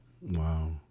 Wow